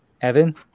Evan